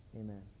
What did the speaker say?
Amen